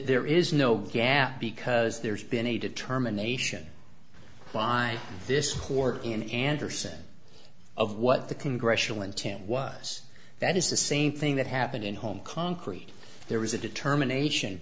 there is no gap because there's been a determination by this court in andersen of what the congressional intent was that is the same thing that happened in home concrete there was a determination